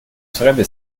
sarebbe